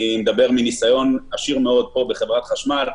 אני מדבר מניסיון עשיר מאוד פה, בחברת החשמל.